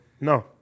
No